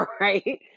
right